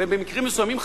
ובמקרים מסוימים,